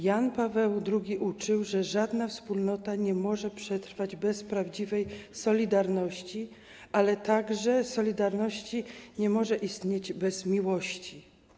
Jan Paweł II uczył, że żadna wspólnota nie może przetrwać bez prawdziwej solidarności, ale także solidarność nie może istnieć bez miłości.